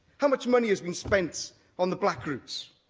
how much money has been spent on the black route?